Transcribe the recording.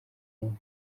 umuntu